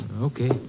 Okay